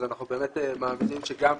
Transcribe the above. אז אנחנו באמת מאמינים שגם,